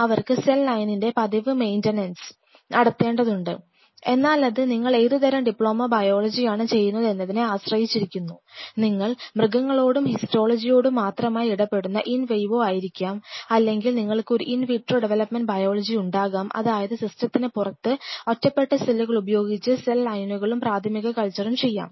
അവർക്ക് സെൽ ലൈനിന്റെ പതിവ് മൈന്റനെൻസ് നടത്തേണ്ടതുണ്ട് എന്നാലത് നിങ്ങൾ ഏതുതരം ഡിപ്ലോമ ബയോളജിയാണ് ചെയ്യുന്നതെന്നതിനെ ആശ്രയിച്ചിരിക്കുന്നു നിങ്ങൾ മൃഗങ്ങളോടും ഹിസ്റ്റോളജിയോടും മാത്രമായി ഇടപെടുന്ന ഇൻ വിവോ ആയിരിക്കാം അല്ലെങ്കിൽ നിങ്ങൾക്ക് ഒരു ഇൻ വിട്രോ ഡെവലപ്മെൻറ് ബയോളജി ഉണ്ടാകാം അതായത് സിസ്റ്റത്തിന് പുറത്ത് ഒറ്റപ്പെട്ട സെല്ലുകൾ ഉപയോഗിച്ച് സെൽ ലൈനുകളും പ്രാഥമിക കൾച്ചറും ചെയ്യാം